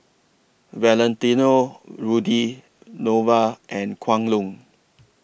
Valentino Rudy Nova and Kwan Loong